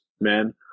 man